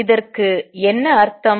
இதற்கு என்ன அர்த்தம்